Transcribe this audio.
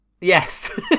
Yes